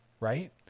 Right